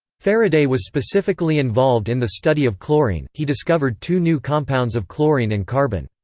faraday was specifically involved in the study of chlorine he discovered two new compounds of chlorine and carbon.